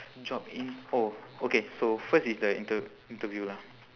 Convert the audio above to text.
job info okay so first is the inter~ interview lah